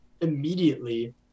immediately